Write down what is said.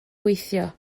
gweithio